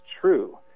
true